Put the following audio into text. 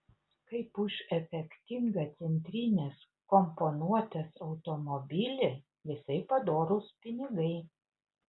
kaip už efektingą centrinės komponuotės automobilį visai padorūs pinigai